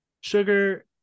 Sugar